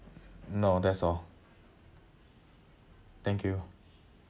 no that's all thank you